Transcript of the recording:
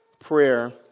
Prayer